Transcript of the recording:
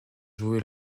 jouer